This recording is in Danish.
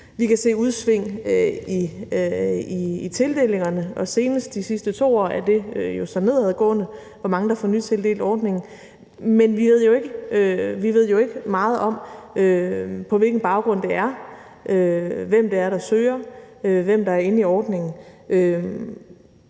Vi kan se udsving i tildelingerne, og senest, de sidste 2 år, er det jo så nedadgående, hvor mange der får nytildelt ordningen, men vi ved jo ikke meget om, på hvilken baggrund det er, hvem det er, der søger, hvem der er inde i ordningen.